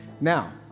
Now